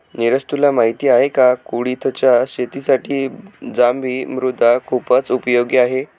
निरज तुला माहिती आहे का? कुळिथच्या शेतीसाठी जांभी मृदा खुप उपयोगी आहे